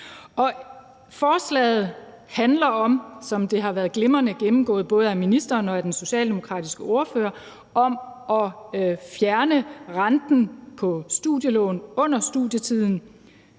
Forslaget handler, som det har været glimrende gennemgået af både ministeren og den socialdemokratiske ordfører, om at fjerne renten på studielån bl.a. under studietiden.